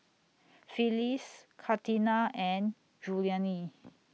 Phyliss Katina and Julianne